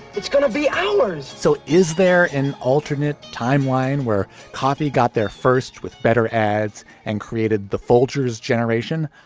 it's gonna be ours. so is there an alternate timeline where copy got there first with better ads and created the folger's generation?